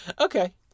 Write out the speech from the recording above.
Okay